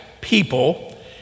people